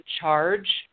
charge